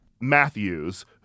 Matthews